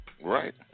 Right